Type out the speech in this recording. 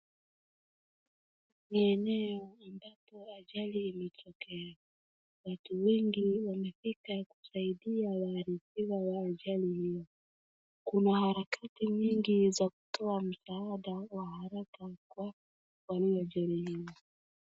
Ni eneo ambapo ajali imetokea. Watu wengi wamefika kusaidia waharibiwa wa ajali hio. Kuna harakati mingi za kutoa msaada wa haraka kwa waliojeruhiwa.